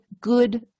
good